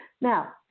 Now